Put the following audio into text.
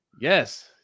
Yes